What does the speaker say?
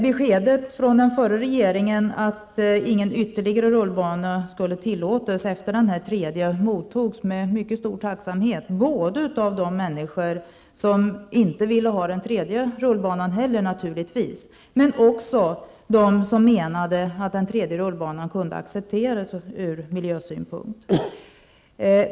Beskedet från den förra regeringen att ingen ytterligare rullbana skulle tillåtas efter den tredje mottogs med stor tacksamhet, naturligtvis av de människor som inte heller ville ha den tredje rullbanan men också av dem som menade att den tredje rullbanan kunde accepteras från miljösynpunkt.